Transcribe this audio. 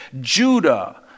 Judah